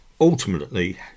ultimately